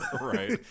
right